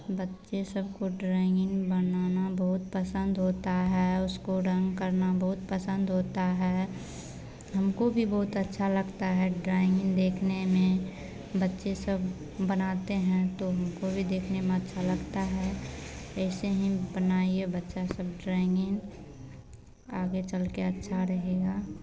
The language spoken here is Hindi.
बच्चे सबको ड्राइंग बनाना बहुत पसंद होता है उसको ड्राइंग करना बहुत पसंद होता है हमको भी बहुत अच्छा लगता है ड्राइंग देखने में बच्चे सब बनाते हैं तो हमको भी देखने में अच्छा लगता है ऐसे ही बनाईए बच्चा सब ड्राइंग आगे चल कर अच्छा रहेगा